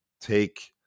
take